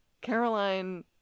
Caroline